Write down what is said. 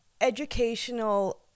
educational